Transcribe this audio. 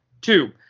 two